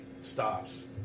stops